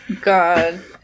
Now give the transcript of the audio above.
God